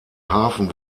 hafen